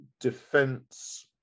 defense